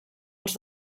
els